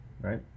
right